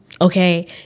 okay